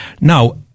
now